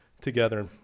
together